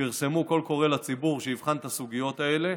פרסמו קול קורא לציבור שיבחן את הסוגיות האלה.